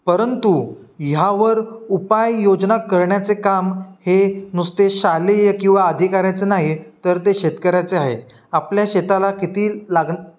परंतु ह्यावर उपाययोजना करण्याचे काम हे नुसते शालेय किंवा अधिकाऱ्याचं नाही तर ते शेतकऱ्याचे आहे आपल्या शेताला किती लागण